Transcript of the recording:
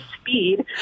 speed